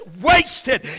wasted